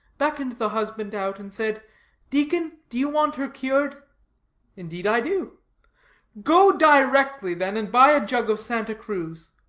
beckoned the husband out, and said deacon, do you want her cured indeed i do go directly, then, and buy a jug of santa cruz